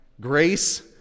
grace